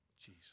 Jesus